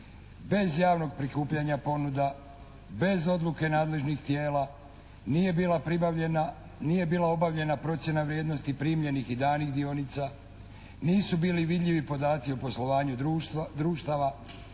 bez javnog prikupljanja ponuda. Bez odluke nadležnih tijela, nije bila obavljena procjena vrijednosti primljenih i danih dionica. Nisu bili vidljivi podaci o poslovanju društava.